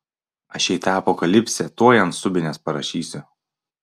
aš jai tą apokalipsę tuoj ant subinės parašysiu